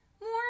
more